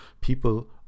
people